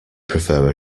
prefer